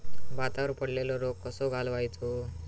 भातावर पडलेलो रोग कसो घालवायचो?